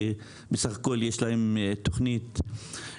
כי בסך הכול יש להם תוכנית הבראה,